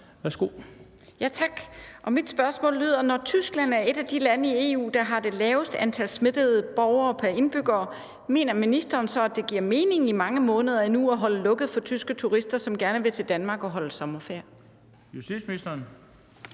Hansen (V): Tak. Mit spørgsmål lyder: Når Tyskland er et af de lande i EU, der har det laveste antal smittede borgere pr. indbygger, mener ministeren så, at det giver mening i mange måneder endnu at holde lukket for tyske turister, som gerne vil til Danmark og holde sommerferie? Kl. 13:31 Den